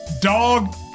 Dog